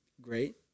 great